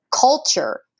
culture